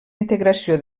integració